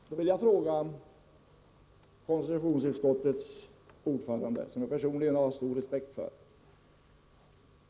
Herr talman! Jag vill ställa en fråga till konstitutionsutskottets ordförande, som jag personligen har stor respekt för.